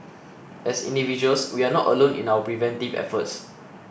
as individuals we are not alone in our preventive efforts